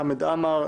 חמד עמאר,